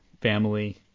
family